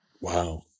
Wow